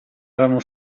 erano